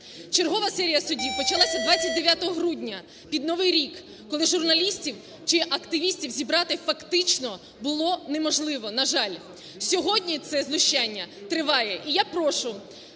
Чергова серія судів почалася 29 грудня під новий рік, коли журналістів чи активістів, зібрати фактично було неможливо, на жаль. Сьогодні це знущання триває.